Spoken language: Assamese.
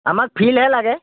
আমাক ফিলহে লাগে